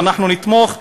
אנחנו נתמוך,